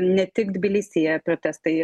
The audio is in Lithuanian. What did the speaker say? ne tik tbilisyje protestai